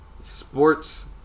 Sports